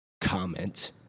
comment